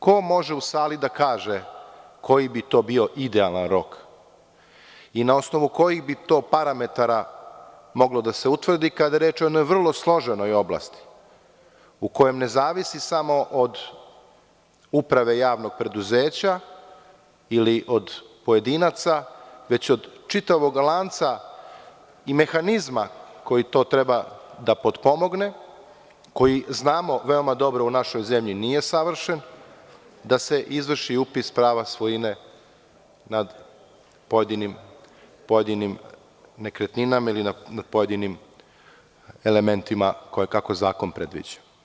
Ko može u sali da kaže koji bi to bio idealan rok i na osnovu kojih bi to parametara moglo da se utvrdi, kada je reč o jednoj vrlo složenoj oblasti u kojem ne zavisi samo od uprave javnog preduzeća ili od pojedinaca, već od čitavog lanca i mehanizma koji to treba da potpomogne, koji znamo veoma dobro da u našoj zemlji nije savršen, da se izvrši upis prava svojine nad pojedinim nekretninama ili nad pojedinim elementima kako zakon predviđa?